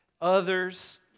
others